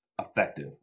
effective